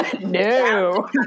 no